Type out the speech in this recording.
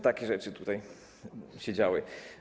Takie rzeczy tutaj się działy.